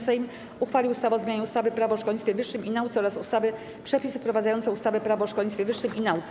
Sejm uchwalił ustawę o zmianie ustawy - Prawo o szkolnictwie wyższym i nauce oraz ustawy - Przepisy wprowadzające ustawę - Prawo o szkolnictwie wyższym i nauce.